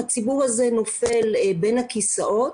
הציבור הזה נופל בין הכיסאות,